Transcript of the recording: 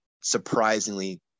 surprisingly